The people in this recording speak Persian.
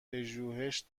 پژوهش